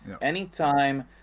Anytime